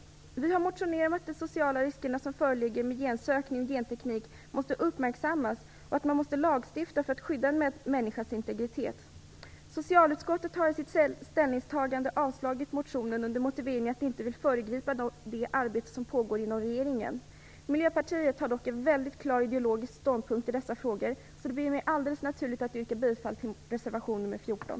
Vi har från Miljöpartiet motionerat om att de sociala risker med gensökning och genteknik som föreligger måste uppmärksammas och att man måste lagstifta för att skydda en människas integritet. Socialutskottet har i sitt ställningstagande avstyrkt motionen med motiveringen att det inte vill föregripa det arbete som pågår inom regeringen. Miljöpartiet har dock en väldigt klar ideologisk ståndpunkt i dessa frågor, så det blir alldeles naturligt för mig att yrka bifall till reservation nr 14.